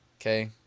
okay